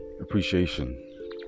appreciation